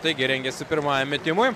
taigi rengėsi pirmajam metimui